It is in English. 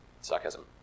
Sarcasm